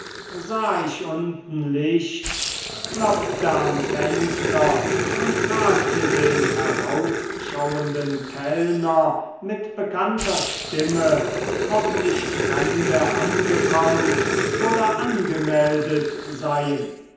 sah ich unten licht klopfte am fenster und fragte den herausschauenden kellner mit bekannter stimme ob nicht fremde angekommen oder angemeldet seien